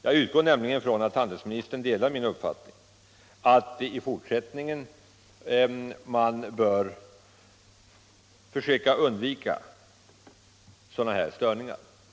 Jag utgår nämligen från att handelsministern delar min uppfattning att man i fortsätiningen bör försöka undvika sådana här störningar.